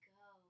go